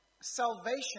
salvation